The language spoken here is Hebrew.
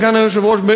סגן היושב-ראש,